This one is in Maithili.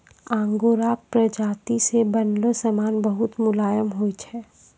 आंगोराक प्राजाती से बनलो समान बहुत मुलायम होय छै